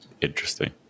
interesting